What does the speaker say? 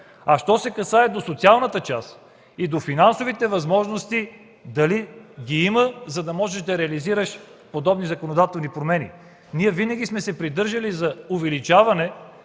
Що се касае до социалната част и до финансовите възможности – дали ги имаш, за да можеш да реализираш подобни законодателни промени? Ние винаги сме се придържали към увеличаване